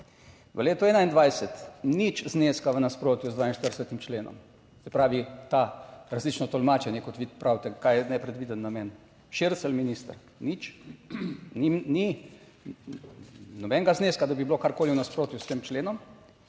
V letu 2021 nič zneska v nasprotju z 42. Členom, se pravi različno tolmačenje, kot vi pravite, Kaj je nepredviden namen, Šircelj minister, ni nobenega zneska, da bi bilo karkoli v nasprotju s tem členom.